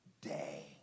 day